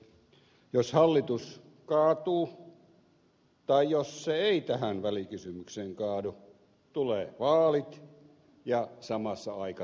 jos hallitus kaatuu tai jos se ei tähän välikysymykseen kaadu tulee vaalit ja samassa aikataulussa